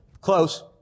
Close